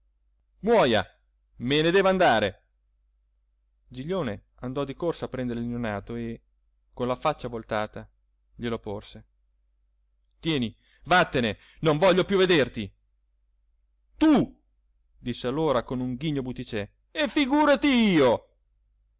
muoja me ne devo andare giglione andò di corsa a prendere il neonato e con la faccia voltata glielo porse tieni vattene non voglio più vederti tu disse allora con un ghigno butticè e figurati io